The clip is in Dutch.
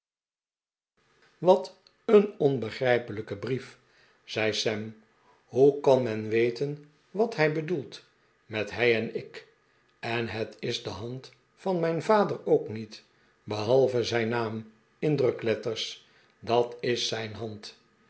wat een onbegrijpelijke brief zei sam hoe kan men weten wat hij bedoelt met hij en ik en het is de hand van mijn vader ook niet behalve zijn naam in drukletters dat is zijn hand